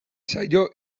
saio